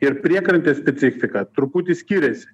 ir priekrantės specifika truputį skirias